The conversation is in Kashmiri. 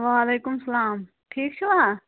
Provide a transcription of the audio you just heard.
وعلیکُم سلام ٹھیٖک چھِوا